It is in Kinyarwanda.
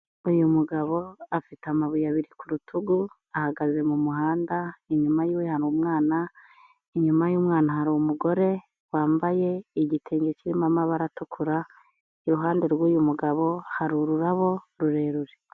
Uyu mugabo afite amabuye abiri ku rutugu ahagaze mu muhanda, inyuma y'iwe hari umwana, inyuma y'umwana hari umugore wambaye igitenge kirimo amabara atukura, iruhande rw'uyu mugabo hari ururabo rurerure.